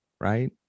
right